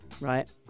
right